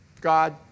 God